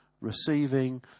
Receiving